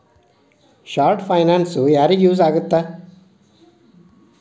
short finance ಯಾರಿಗ use ಆಗತ್ತಾ